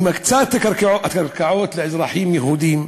ומקצה את הקרקעות לאזרחים יהודים,